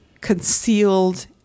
concealed